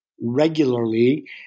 regularly